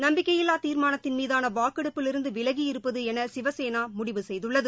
நம்பிக்கையில்லா தீர்மானத்தின் மீதான வாக்கெடுப்பிலிருந்து விலகி இருப்பது என சிவசேனா முடிவு செய்துள்ளது